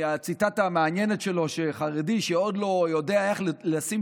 הציטטה המעניינת שלו היא שחרדי שעוד לא יודע איך לשים